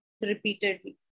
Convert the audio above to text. repeatedly